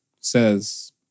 says